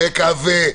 מקווה